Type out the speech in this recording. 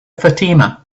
fatima